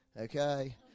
okay